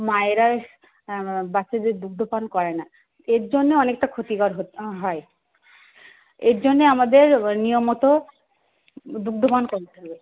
মায়েরাই মানে বাচ্চাদের দুগ্ধ পান করায় না এর জন্যে অনেকটা ক্ষতিকার হত হয় এর জন্যে আমাদের নিয়ম মতো দুগ্ধ পান করাতে হবে